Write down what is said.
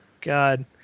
God